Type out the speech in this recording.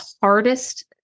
hardest